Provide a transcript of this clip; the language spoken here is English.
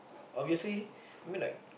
obviously I mean like